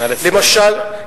נא לסיים.